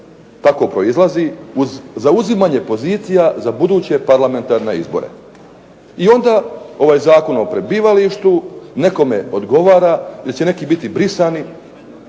tako proizlazi uz zauzimanje pozicija za buduće parlamentarne izbore. I onda ovaj Zakon o prebivalištu nekome odgovara ili će neki biti brisani,